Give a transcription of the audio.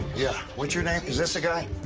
yeah. what's your name? is this the guy?